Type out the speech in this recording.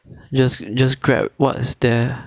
just just grab what is there